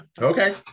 Okay